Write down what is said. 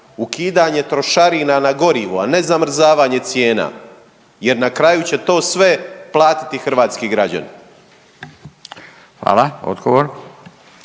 Ukidanje trošarina na gorivo, a ne zamrzavanje cijena. Jer na kraju će to sve platiti hrvatski građani. **Radin,